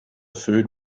food